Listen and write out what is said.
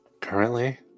Currently